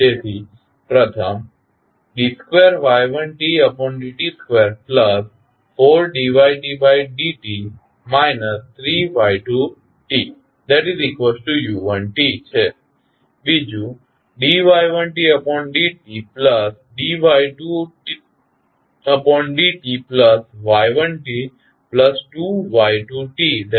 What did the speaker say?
તેથી પ્રથમ d2y1dt24dy1dt 3y2tu1t છે બીજું dy1dtdy2dty1t2y2tu2tછે